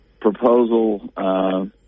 proposal